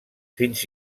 fins